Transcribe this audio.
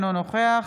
אינו נוכח